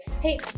hey